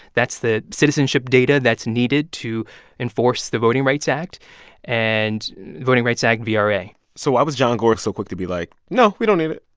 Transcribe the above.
that's the citizenship data that's needed to enforce the voting rights act and voting rights act, vra so why was john gore so quick to be like, no, we don't need it?